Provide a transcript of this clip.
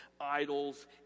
idols